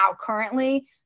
currently